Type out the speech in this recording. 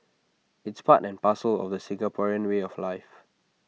it's part and parcel of the Singaporean way of life